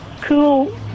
cool